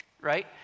right